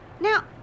Now